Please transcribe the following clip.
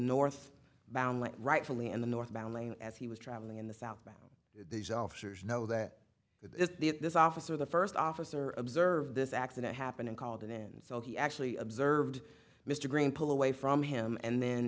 bound rightfully in the northbound lane as he was travelling in the south but these officers know that this officer the first officer observed this accident happened and called in so he actually observed mr green pull away from him and then